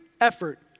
effort